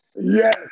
Yes